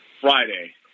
Friday